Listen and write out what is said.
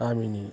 गामिनि